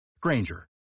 Granger